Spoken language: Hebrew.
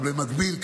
אבל במקביל,